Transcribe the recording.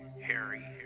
Harry